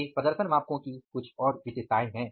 वे प्रदर्शन मापको की कुछ और विशेषताएं हैं